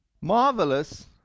marvelous